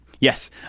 Yes